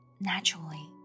naturally